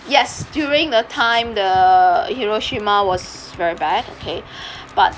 yes during the time the hiroshima was very bad okay but